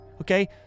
Okay